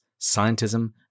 Scientism